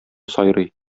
сайрый